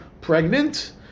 pregnant